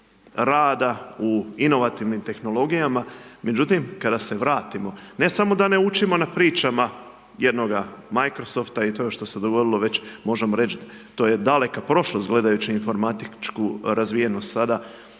rada u inovativnim tehnologijama. Međutim, kada se vratimo ne samo da ne učimo na pričama jednoga Microsoft i to što se dogodilo već, možemo reći to je daleka prošlost, gledajući informatičku razvijenost sada.